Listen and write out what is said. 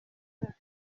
and